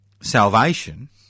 Salvation